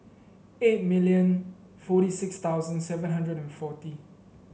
eight million forty six thousand seven hundred and forty